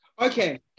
okay